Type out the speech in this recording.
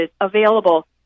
available